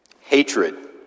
Hatred